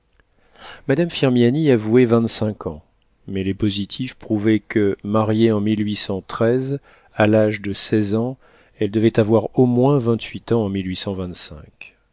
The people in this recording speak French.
madame firmiani avouait vingt-cinq ans mais les positifs prouvaient que mariée en à l'âge de seize ans elle devait avoir au moins vingt-huit ans en